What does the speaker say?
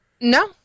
No